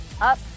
up